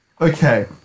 Okay